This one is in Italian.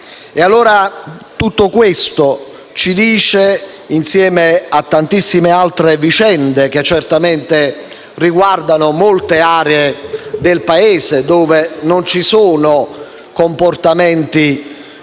Tutto ciò, insieme a tantissime altre vicende, che certamente riguardano molte aree del Paese dove non ci sono comportamenti